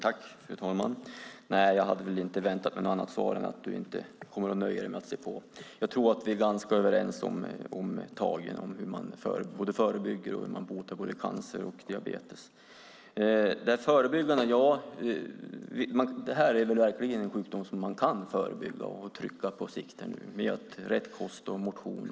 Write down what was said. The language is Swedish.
Fru talman! Jag hade inte väntat mig något annat svar än att ministern inte kommer att nöja sig med att se på. Jag tror att vi är ganska överens om hur man förebygger och botar både cancer och diabetes. Det här är en sjukdom som man kan förebygga med rätt kost och motion.